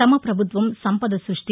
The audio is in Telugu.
తమ ప్రభుత్వం సంపద సృష్టి